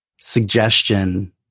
suggestion